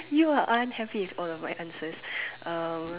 you are unhappy all of my answers um